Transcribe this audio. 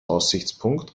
aussichtspunkt